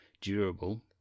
durable